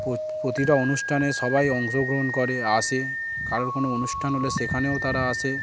প্রতিটা অনুষ্ঠানে সবাই অংশগ্রহণ করে আসে কারোর কোনো অনুষ্ঠান হলে সেখানেও তারা আসে